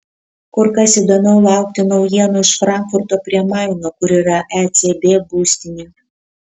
kur kas įdomiau laukti naujienų iš frankfurto prie maino kur yra ecb būstinė